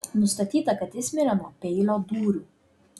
nustatyta kad jis mirė nuo peilio dūrių